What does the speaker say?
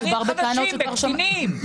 משרד המשפטים, בבקשה.